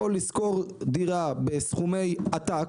או לשכור דירה בסכומי עתק.